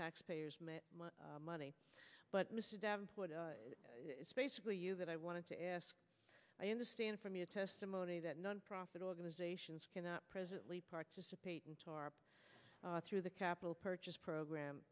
taxpayer money but basically you that i wanted to ask i understand from your testimony that nonprofit organizations cannot presently participate in tarp through the capital purchase program